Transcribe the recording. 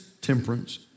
temperance